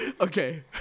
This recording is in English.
Okay